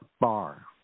bar